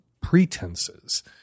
pretenses